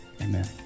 amen